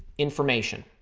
information.